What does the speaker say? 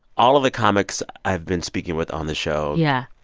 all of the comics i've been speaking with on the show. yeah.